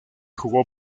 jugó